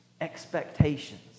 Expectations